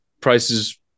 prices